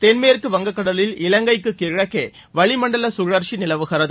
தென்மேற்கு வங்கக் கடலில் இலங்கைக்கு கிழக்கே வளிமண்டல சுழற்சி நிலவுகிறது